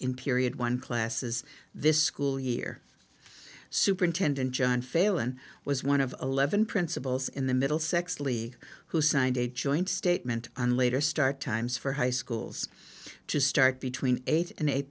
in period one classes this school year superintendent john failon was one of eleven principals in the middle sexily who signed a joint statement and later start times for high schools to start between eight and eight